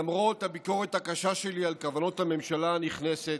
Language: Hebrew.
למרות הביקורת הקשה שלי על כוונות הממשלה הנכנסת,